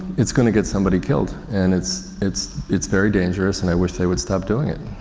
it's going to get somebody killed and it's, it's, it's very dangerous and i wish they would stop doing it.